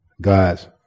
God's